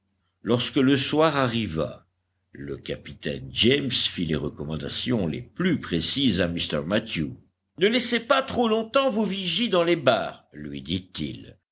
lorsque le soir arriva le capitaine james fit les recommandations les plus précises à mr mathew ne laissez pas trop longtemps vos vigies dans les barres lui dit-il